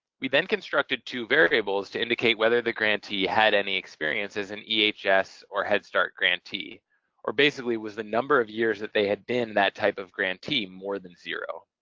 we then constructed two variables to indicate whether the grantee had any experience as an ehs or head start grantee or basically was the number of years that they had been that type of grantee more than zero.